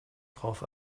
drauf